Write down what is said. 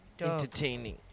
entertaining